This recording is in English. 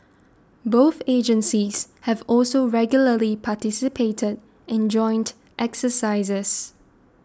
both agencies have also regularly participated in joint exercises